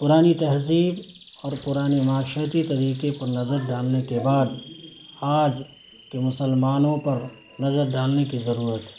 پرانی تہذیب اور پرانے معاشرتی طریقے پر نظر ڈالنے کے بعد آج کے مسلمانوں پر نظر ڈالنے کی ضرورت ہے